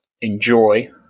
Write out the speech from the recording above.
enjoy